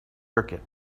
burkett